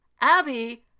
Abby